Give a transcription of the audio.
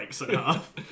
enough